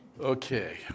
Okay